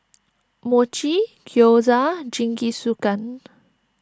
Mochi Gyoza and Jingisukan